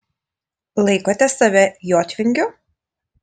laikote save jotvingiu